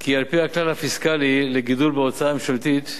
כי על-פי הכלל הפיסקלי לגידול בהוצאה הממשלתית,